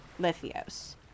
Lithios